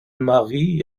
marie